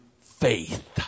faith